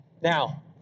Now